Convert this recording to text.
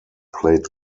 played